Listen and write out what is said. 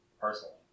personally